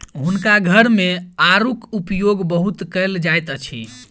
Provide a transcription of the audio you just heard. हुनका घर मे आड़ूक उपयोग बहुत कयल जाइत अछि